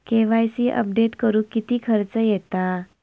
KYC update करुक किती खर्च येता?